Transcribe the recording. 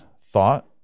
thought